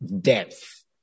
depth